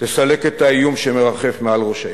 תסלק את האיום שמרחף מעל ראשנו.